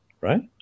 right